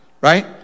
right